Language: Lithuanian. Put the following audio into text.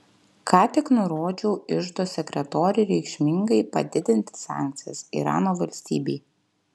ką tik nurodžiau iždo sekretoriui reikšmingai padidinti sankcijas irano valstybei